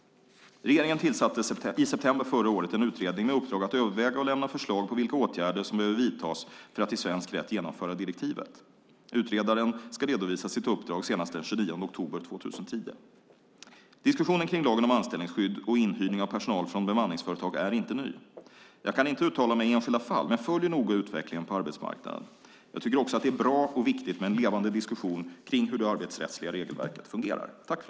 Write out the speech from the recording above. Regeringen tillsatte i september förra året en utredning med uppdrag att överväga och lämna förslag på vilka åtgärder som behöver vidtas för att i svensk rätt genomföra direktivet. Utredaren ska redovisa sitt uppdrag senast den 29 oktober 2010. Diskussionen kring lagen om anställningsskydd och inhyrning av personal från bemanningsföretag är inte ny. Jag kan inte uttala mig i enskilda fall men följer noga utvecklingen på arbetsmarknaden. Jag tycker också att det är bra och viktigt med en levande diskussion kring hur det arbetsrättsliga regelverket fungerar.